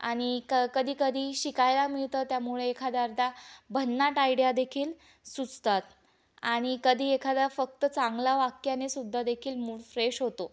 आणि क कधी कधी शिकायला मिळतं त्यामुळे एखाद्या अर्धा भन्नाट आयडिया देखील सुचतात आणि कधी एखादा फक्त चांगला वाक्याने सुद्धा देखील मूड फ्रेश होतो